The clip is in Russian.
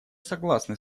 согласны